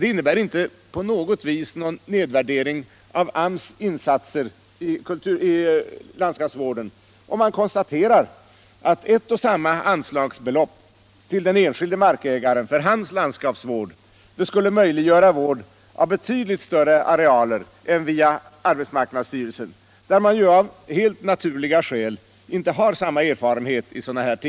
Det innebär inte på något vis någon nedvärdering av AMS insatser i landskapsvården om man konstaterar, att ett och samma anslagsbelopp till den enskilde markägaren för hans landskapsvård skulle möjliggöra vård av betydligt större arealer än via arbetsmarknadsstyrelsen, där det av helt naturliga skäl inte finns samma erfarenhet i sådana här ting.